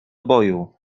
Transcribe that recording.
boju